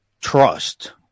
trust